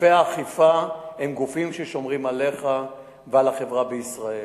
גופי האכיפה הם גופים ששומרים עליך ועל החברה בישראל.